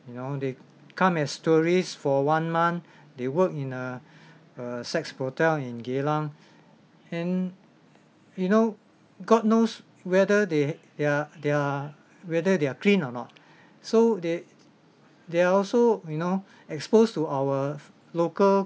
you know they come as tourists for one month they work in a a sex brothel in geylang and you know god knows whether they they're they're whether they're clean or not so they they're also you know exposed to our local